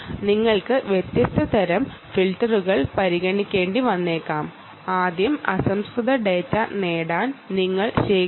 നിങ്ങൾക്ക് വ്യത്യസ്ത തരം ഫിൽട്ടറുകൾ പരിഗണിക്കേണ്ടി വന്നേക്കാം ആദ്യം റോ ഡാറ്റ ശേഖരിക്കാൻ ഞാൻ നിങ്ങളെ നിർദ്ദേശിക്കുന്നു